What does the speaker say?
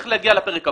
צריך להגיע לפרק הבא.